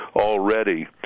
already